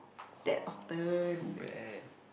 oh too bad